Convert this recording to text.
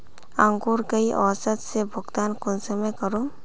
अंकूर कई औसत से भुगतान कुंसम करूम?